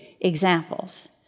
examples